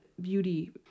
beauty